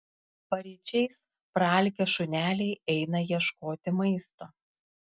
paryčiais praalkę šuneliai eina ieškoti maisto